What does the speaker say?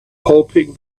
hoping